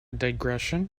digression